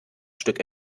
stück